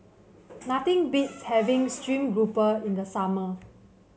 nothing beats having stream grouper in the summer